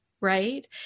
right